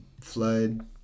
flood